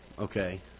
Okay